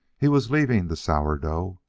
he was leaving the sourdough,